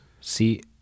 See